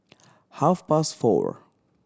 half past four